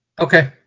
Okay